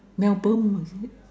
Melbourne is it